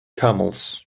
camels